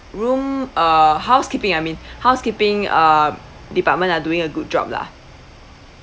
room uh housekeeping I mean housekeeping uh department are doing a good job lah